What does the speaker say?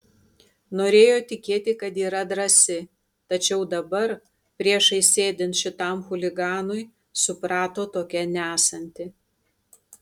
norėjo tikėti kad yra drąsi tačiau dabar priešais sėdint šitam chuliganui suprato tokia nesanti